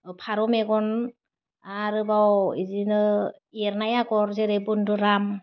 फारौ मेगन आरोबाव बिदिनो एरनाय आग'र जेरै बन्दुराम